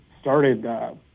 started